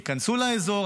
ייכנסו לאזור,